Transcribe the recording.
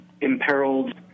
imperiled